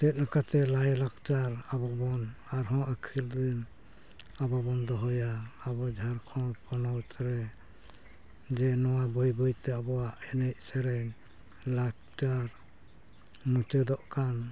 ᱪᱮᱫ ᱞᱮᱠᱟᱛᱮ ᱞᱟᱭᱼᱞᱟᱠᱪᱟᱨ ᱟᱵᱚᱵᱚᱱ ᱟᱨᱦᱚᱸ ᱟᱹᱠᱷᱤᱨᱫᱤᱱ ᱟᱵᱚᱵᱚᱱ ᱫᱚᱦᱚᱭᱟ ᱟᱵᱚ ᱡᱷᱟᱨᱠᱷᱚᱸᱰ ᱯᱚᱱᱚᱛᱨᱮ ᱡᱮ ᱱᱚᱣᱟ ᱵᱟᱹᱭᱼᱵᱟᱹᱭᱛᱮ ᱟᱵᱚᱣᱟᱜ ᱮᱱᱮᱡᱼᱥᱮᱨᱮᱧ ᱞᱟᱠᱪᱟᱨ ᱢᱩᱪᱟᱹᱫᱚᱜ ᱠᱟᱱ